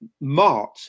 Mart